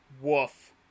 Woof